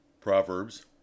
Proverbs